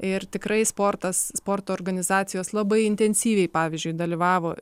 ir tikrai sportas sporto organizacijos labai intensyviai pavyzdžiui dalyvavo